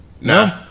No